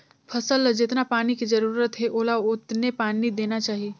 फसल ल जेतना पानी के जरूरत हे ओला ओतने पानी देना चाही